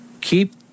Keep